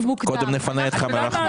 קודם נפנה את חאן אל אחמר.